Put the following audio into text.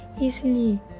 easily